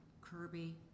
Kirby